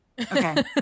Okay